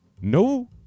No